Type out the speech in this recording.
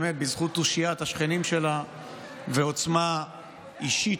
בזכות תושיית השכנים שלה ועוצמה אישית,